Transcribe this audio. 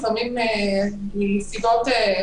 לפעמים מסיבות,